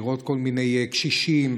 לראות כל מיני קשישים,